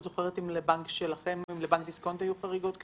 את זוכרת אם לבנק דיסקונט היו חריגות כאלו?